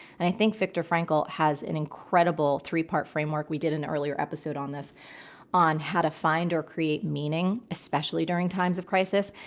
and i think victor frankl has an incredible three-part framework. we did an earlier episode on this on how to find or create meaning, especially during times of crisis.